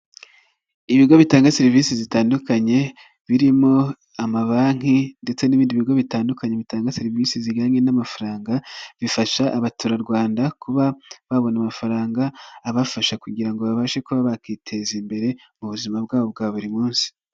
Ibigo bitanga serivisi zitandukanye, birimo amabanki ndetse n'ibindi bigo bitandukanye bitanga serivisi zijyanye n'amafaranga, bifasha abaturarwanda kuba babona amafaranga abafasha kugira ngo babashe kuba bakwiteza imbere mu buzima bwabo bwa buri munsi.